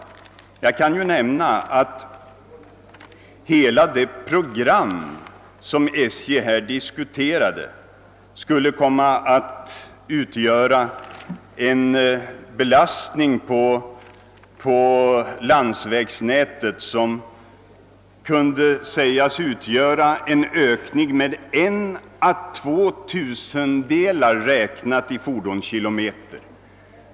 Jag kan nämna att hela det program som SJ diskuterat skulle komma att innebära en belastning på landsvägsnätet som kunde sägas motsvara en ökning med en å två tusendelar räknat i fordonskilometer.